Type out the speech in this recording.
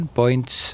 points